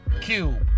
Cube